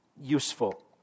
useful